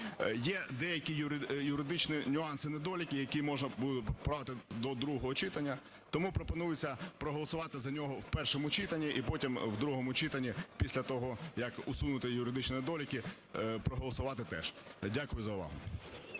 Є деякі юридичні нюанси, недоліки, які можна буде поправити до другого читання. Тому пропонується проголосувати за нього в першому читанні і потім в другому читанні після того, як усунути юридичні недоліки, проголосувати теж. Дякую за увагу.